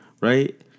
right